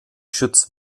schütz